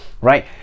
right